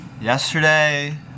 yesterday